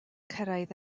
cyrraedd